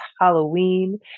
Halloween